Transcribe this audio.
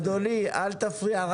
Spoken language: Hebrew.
אדוני, אל תפריע.